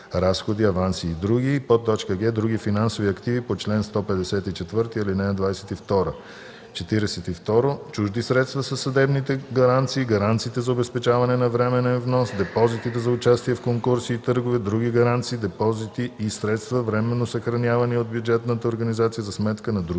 разходи, аванси и други; г) други финансови активи по чл. 154, ал. 22. 42. „Чужди средства” са съдебните гаранции, гаранциите за обезпечаване на временен внос, депозитите за участие в конкурси и търгове, други гаранции, депозити и средства, временно съхранявани от бюджетната организация за сметка на други